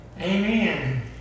Amen